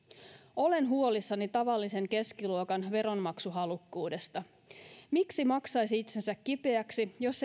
olen huolissani tavallisen keskiluokan veronmaksuhalukkuudesta miksi maksaisi itsensä kipeäksi jos